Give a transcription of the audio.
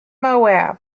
moab